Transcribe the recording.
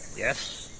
yes!